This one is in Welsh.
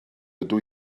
ydw